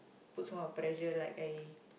put some of pressure like I